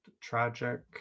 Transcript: tragic